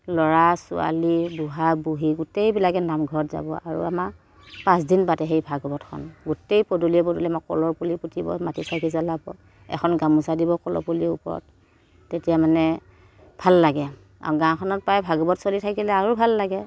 ল'ৰা ছোৱালী বুঢ়া বুঢ়ী গোটেইবিলাকে নামঘৰত যাব আৰু আমাৰ পাঁচদিন পাতে সেই ভাগৱতখন গোটেই পদূলিয়ে পদূলিয়ে আমাৰ কলৰ পুলি পুতিব মাটি চাকি জ্বলাব এখন গামোচা দিব কলৰ পুলিৰ ওপৰত তেতিয়া মানে ভাল লাগে আৰু গাঁওখনত প্ৰায় ভাগৱত চলি থাকিলে আৰু ভাল লাগে